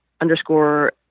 underscore